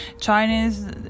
Chinese